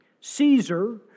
Caesar